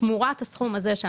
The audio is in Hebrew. גם בלי הזמנה אני מגיע.